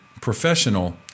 professional